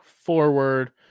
forward